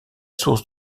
source